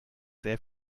sehr